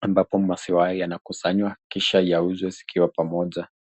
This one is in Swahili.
ambapo maziwa yanakusanywa kisha wauze zikiwa. pamoja